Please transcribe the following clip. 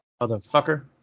Motherfucker